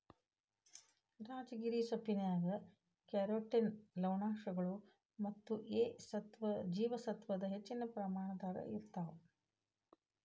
ರಾಜಗಿರಿ ಸೊಪ್ಪಿನ್ಯಾಗ ಕ್ಯಾರೋಟಿನ್ ಲವಣಾಂಶಗಳು ಮತ್ತ ಎ ಜೇವಸತ್ವದ ಹೆಚ್ಚಿನ ಪ್ರಮಾಣದಾಗ ಇರ್ತಾವ